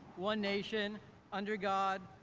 one nation under god,